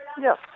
Yes